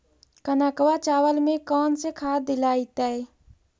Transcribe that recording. कनकवा चावल में कौन से खाद दिलाइतै?